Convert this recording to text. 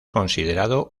considerado